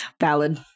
Valid